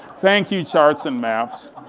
thank you, charts and maps,